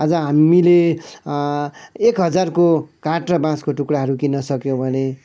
आज हामीले एक हजारको काठ र बाँसको टुक्राहरू किन्न सक्यौँ भने